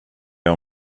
jag